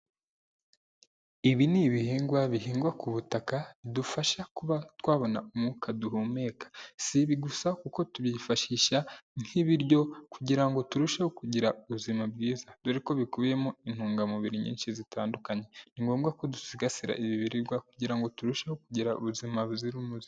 Ibi ni ibihingwa bihingwa ku butaka, bidufasha kuba twabona umwuka duhumeka. Si ibi gusa, kuko tubyifashisha nk'ibiryo kugira ngo turusheho kugira ubuzima bwiza. Dore ko bikubiyemo intungamubiri nyinshi zitandukanye. Ni ngombwa ko dusigasira ibi biribwa kugira ngo turusheho kugira ubuzima buzira umuze.